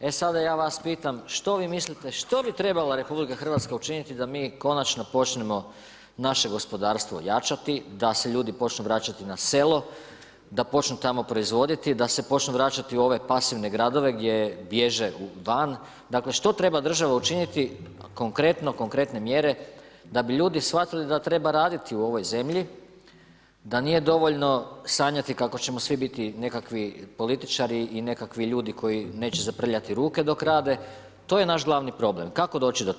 e sada ja vas pitam, što vi mislite, što bi trebala RH učiniti da mi konačno počnemo naše gospodarstvo jačati, da se ljudi počnu vraćati na selo, da počnu tamo proizvoditi, da se počnu vraćati u ove pasivne gradove gdje bježe van, dakle, što treba država učiniti konkretno, konkretne mjere da bi ljudi shvatili da treba raditi u ovoj zemlji, da nije dovoljno sanjati kako ćemo svi biti nekakvi političari i nekakvi ljudi koji neće zaprljati ruke dok rade, to je naš glavni problem, kako doći do toga?